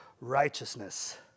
righteousness